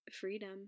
freedom